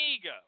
ego